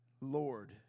Lord